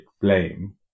blame